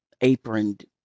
aproned